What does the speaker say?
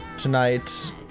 tonight